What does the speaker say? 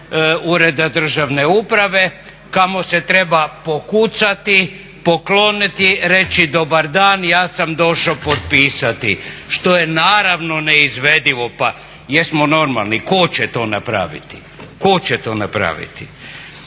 Ureda državne uprave kamo se treba pokucati, pokloniti, reći dobar dan ja sam došao potpisati što je naravno neizvedivo. Pa jesmo normalni? Tko će to napraviti?